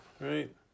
right